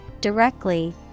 directly